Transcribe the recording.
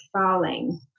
falling